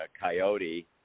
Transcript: coyote